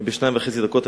בשתי דקות וחצי,